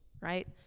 right